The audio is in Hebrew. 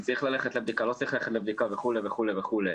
האם אני צריך ללכת לעשות בדיקה וכו' וכו',